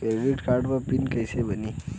Credit card के PIN कैसे बनी?